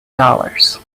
dollars